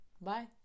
Bye